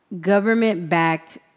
government-backed